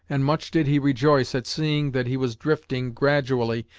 and much did he rejoice at seeing that he was drifting, gradually,